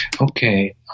Okay